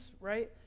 right